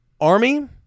Army